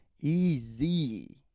easy